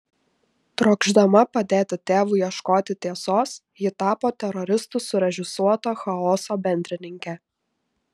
trokšdama padėti tėvui ieškoti tiesos ji tapo teroristų surežisuoto chaoso bendrininke